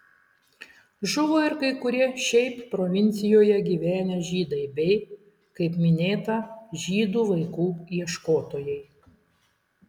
žuvo ir kai kurie šiaip provincijoje gyvenę žydai bei kaip minėta žydų vaikų ieškotojai